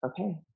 okay